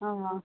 अँ